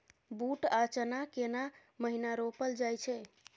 बूट आ चना केना महिना रोपल जाय छै?